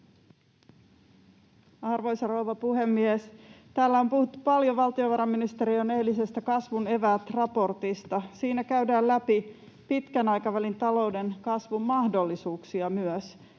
Arvoisa rouva puhemies! Täällä on puhuttu paljon valtiovarainministeriön eilisestä ”kasvun eväät” ‑raportista. Siinä käydään läpi myös pitkän aikavälin talouden kasvun mahdollisuuksia —